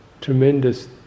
tremendous